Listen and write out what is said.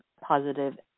positive